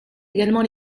également